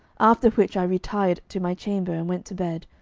after which i retired to my chamber and went to bed,